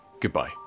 goodbye